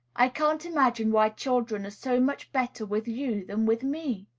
i can't imagine why children are so much better with you than with me,